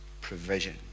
provision